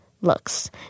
looks